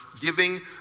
giving